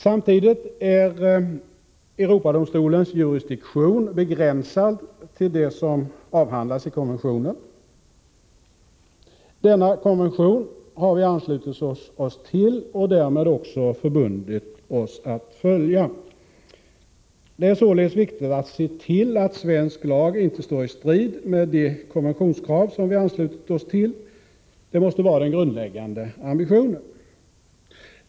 Samtidigt är Europadomstolens jurisdiktion begränsad till det som avhandlas i konventionen. Denna konvention har vi anslutit oss till och därmed också förbundit oss att följa. Det är således viktigt att se till att svensk lag inte står i strid med de konventionskrav som vi anslutit oss till. Detta måste vara den grundläggande ambitionen.